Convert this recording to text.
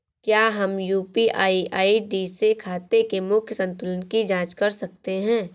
क्या हम UPI ID से खाते के मूख्य संतुलन की जाँच कर सकते हैं?